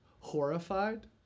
horrified